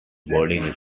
boarding